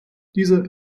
diese